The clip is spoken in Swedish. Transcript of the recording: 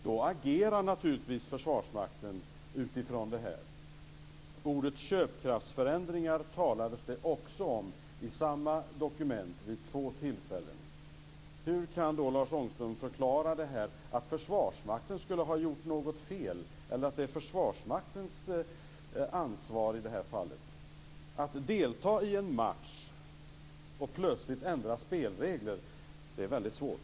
Då agerar naturligtvis Försvarsmakten utifrån det. Ordet köpkraftsförändringar talades det också om i samma dokument vid två tillfällen. Hur kan då Lars Ångström förklara att Försvarsmakten skulle ha gjort något fel eller att det är Försvarsmaktens ansvar i detta fall? Att delta i en match och plötsligt få ändrade spelregler är väldigt svårt.